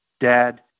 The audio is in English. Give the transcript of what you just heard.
Dad